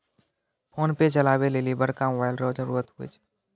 PhonePe चलबै लेली बड़का मोबाइल रो जरुरत हुवै छै